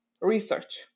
research